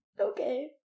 Okay